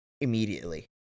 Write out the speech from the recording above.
immediately